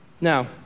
Now